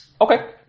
Okay